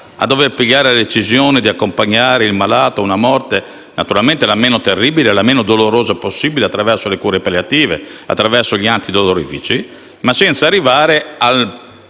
a dover prendere la decisione di accompagnare il malato a una morte che fosse la meno terribile e la meno dolorosa possibile, attraverso le cure palliative e gli antidolorifici, ma senza arrivare a